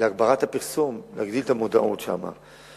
להגברת הפרסום, להגדיל את המודעות שם.